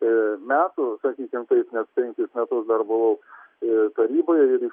metų sakykim taip nes penkis metus dar buvau taryboje ir